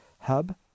hub